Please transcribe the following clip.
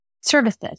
services